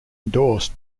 endorsed